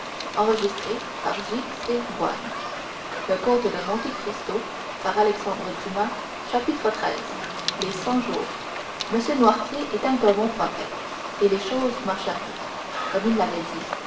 le coeur de l'homme avec l'ambition et les premiers honneurs xiii les cent-jours m noirtier était un bon prophète et les choses marchèrent vite comme il l'avait dit